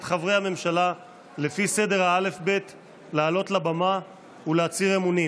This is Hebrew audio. את חברי הממשלה לפי סדר האל"ף-בי"ת לעלות לבמה ולהצהיר אמונים.